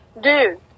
Dude